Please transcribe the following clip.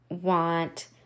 want